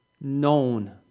known